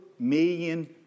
million